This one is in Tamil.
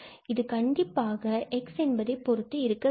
இது கண்டிப்பாக x என்பதைப் பொருத்து இருக்க வேண்டும்